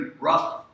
rough